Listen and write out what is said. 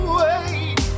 wait